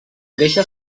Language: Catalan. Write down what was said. deixa